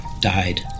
died